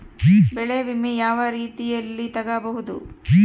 ಬೆಳೆ ವಿಮೆ ಯಾವ ರೇತಿಯಲ್ಲಿ ತಗಬಹುದು?